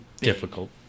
Difficult